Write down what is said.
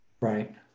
Right